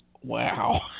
wow